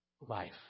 life